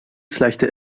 slechte